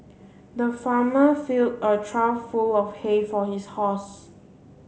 the farmer filled a trough full of hay for his horse